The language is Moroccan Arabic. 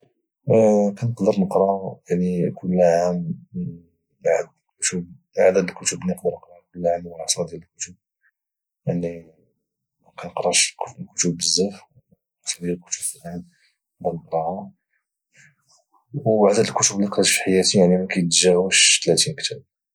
نقدر نقرا كل عام يعني عدد الكتب اللي نقدر نقراها كل عام 10 ديال الكتب يعني ما كانقراش الكتب بزاف يعني ديال الكتب في العام كنقراها والعاده ديال الكتب اللي قريت في حياتي ما كايتجاوبش 30 كتاب